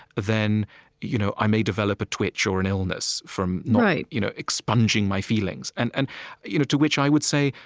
then you know i may develop a twitch or an illness from not you know expunging my feelings. and and you know to which i would say,